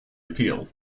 appeal